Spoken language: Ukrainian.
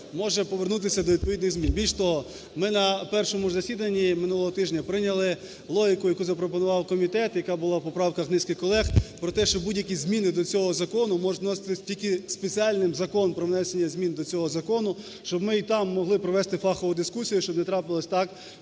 може повернутися до відповідних змін. Більш того, ми на першому засіданні минулого тижня прийняли логіку, яку запропонував комітет, яка була поправка низки колег про те, що будь-які зміни до цього закону можуть вноситись тільки спеціальним законом про внесення змін до цього закону, щоб ми і там змогли провести фахову дискусію, щоб не трапилось так,